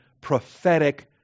prophetic